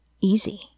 easy